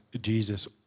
jesus